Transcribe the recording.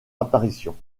apparition